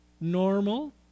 normal